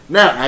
Now